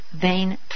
vein